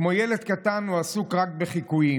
כמו ילד קטן הוא עסוק רק בחיקויים.